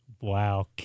Wow